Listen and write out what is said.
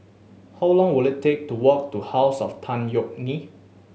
how long will it take to walk to House of Tan Yeok Nee